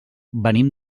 venim